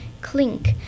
clink